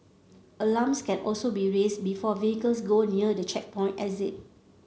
alarms can also be raised before vehicles go near the checkpoint exit